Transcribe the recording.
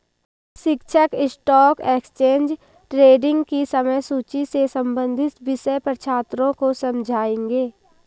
शिक्षक stock exchange trading की समय सूची से संबंधित विषय पर छात्रों को समझाएँगे